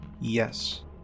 Yes